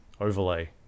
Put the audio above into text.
overlay